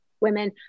women